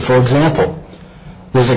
for example there's a